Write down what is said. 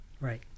Right